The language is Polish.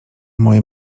moje